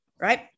Right